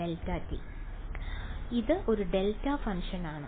δ ഇത് ഒരു ഡെൽറ്റ ഫംഗ്ഷനാണ്